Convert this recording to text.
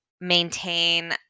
maintain